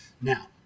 Now